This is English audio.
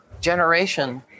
generation